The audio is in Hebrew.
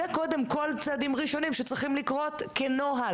אלה, קודם כול, צעדים ראשונים שצריכים לקרות כנוהל